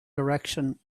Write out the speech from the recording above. direction